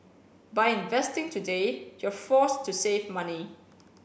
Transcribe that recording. by investing today you're forced to save money